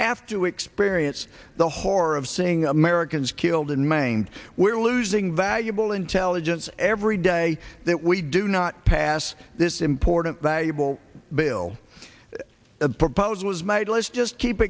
have to experience the horror of seeing americans killed and maimed we're losing valuable intelligence every day that we do not pass this important value bill bill a proposal was made let's just keep